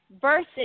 versus